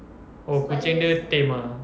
oh kucing dia tame ah